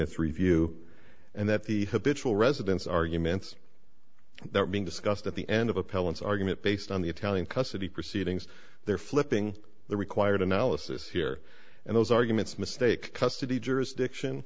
its review and that the habitual residence arguments that being discussed at the end of appellants argument based on the italian custody proceedings there flipping the required analysis here and those arguments mistake custody jurisdiction